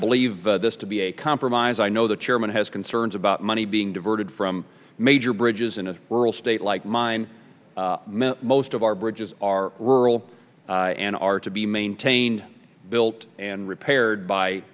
believe this to be a compromise i know the chairman has concerns about money being diverted from major bridges in a rural state like mine most of our bridges are rural and are to be maintained built and repaired by